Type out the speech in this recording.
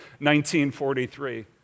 1943